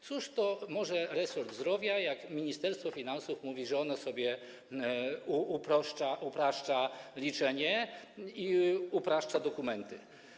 Cóż może resort zdrowia, jak Ministerstwo Finansów mówi, że ono sobie upraszcza liczenie, upraszcza dokumenty?